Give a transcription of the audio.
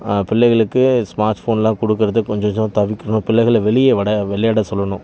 பிள்ளைகளுக்கு ஸ்மார்ட் ஃபோன்லாம் கொடுக்கறத கொஞ்சம் கொஞ்சமாக தவிர்க்கணும் பிள்ளைகளை வெளியே வட விளையாட சொல்லணும்